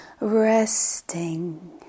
Resting